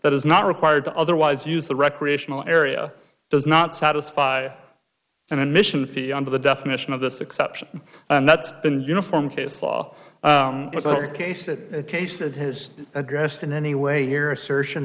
that is not required to otherwise use the recreational area does not satisfy an admission fee under the definition of this exception and that's been uniform case law case that case that has addressed in any way here assertion